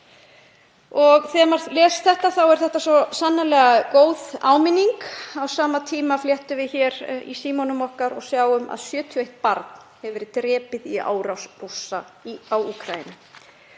Þegar maður les þetta þá er þetta svo sannarlega góð áminning. Á sama tíma flettum við hér í símanum okkar og sjáum að 71 barn hefur verið drepið í árás Rússa á Úkraínu.